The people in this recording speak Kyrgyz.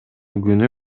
күнү